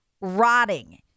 rotting